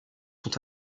sont